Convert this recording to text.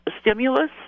stimulus